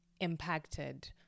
impacted